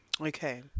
Okay